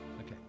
Okay